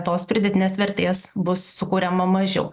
tos pridėtinės vertės bus sukuriama mažiau